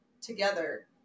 together